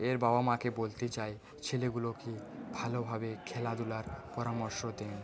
এর বাবা মাকে বলতে চাই ছেলেগুলোকে ভালোভাবে খেলাধুলার পরামর্শ দিন